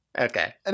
Okay